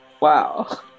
wow